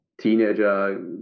teenager